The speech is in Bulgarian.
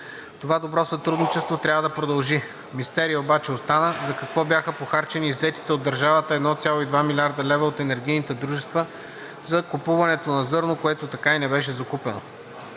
Това добро сътрудничество трябва да продължи. Мистерия обаче остана за какво бяха похарчени иззетите от държавата 1,2 млрд. лв. от енергийните дружества за купуването на зърно, което така и не беше закупено.